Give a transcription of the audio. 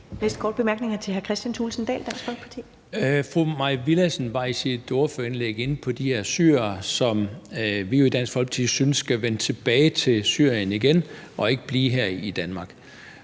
Fru Mai Villadsen var i sit indlæg inde på de her syrere, som vi i Dansk Folkeparti jo synes skal vende tilbage til Syrien og ikke blive her i Danmark.